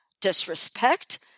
disrespect